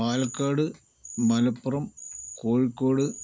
Palakkad Malappuram Kozhikode